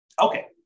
Okay